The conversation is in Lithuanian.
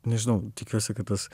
nežinau tikiuosi kad tas